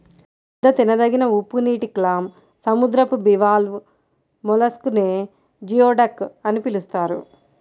పెద్ద తినదగిన ఉప్పునీటి క్లామ్, సముద్రపు బివాల్వ్ మొలస్క్ నే జియోడక్ అని పిలుస్తారు